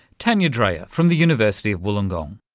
tanja dreher from the university of wollongong.